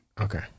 Okay